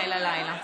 לילה-לילה.